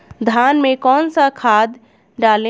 धान में कौन सा खाद डालें?